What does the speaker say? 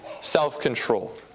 self-control